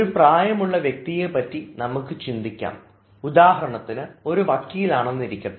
ഒരു പ്രായമുള്ള വ്യക്തിയെ പറ്റി നമുക്ക് ചിന്തിക്കാം ഉദാഹരണത്തിന് ഒരു വക്കീലാണെന്നിരിക്കട്ടെ